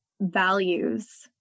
values